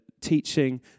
teaching